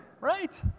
Right